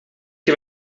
heb